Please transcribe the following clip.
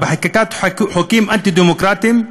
בחקיקת חוקים אנטי-דמוקרטיים,